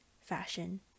fashion